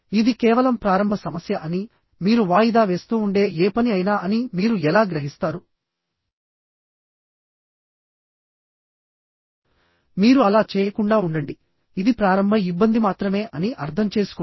ఇది కేవలం ప్రారంభ సమస్య అని మీరు వాయిదా వేస్తూ ఉండే ఏ పని అయినా అని మీరు ఎలా గ్రహిస్తారు మీరు అలా చేయకుండా ఉండండి ఇది ప్రారంభ ఇబ్బంది మాత్రమే అని అర్థం చేసుకోండి